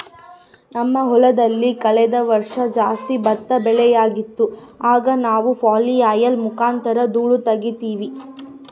ನಮ್ಮ ಹೊಲದಲ್ಲಿ ಕಳೆದ ವರ್ಷ ಜಾಸ್ತಿ ಭತ್ತದ ಬೆಳೆಯಾಗಿತ್ತು, ಆಗ ನಾವು ಫ್ಲ್ಯಾಯ್ಲ್ ಮುಖಾಂತರ ಧೂಳು ತಗೀತಿವಿ